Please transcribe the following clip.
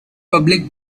public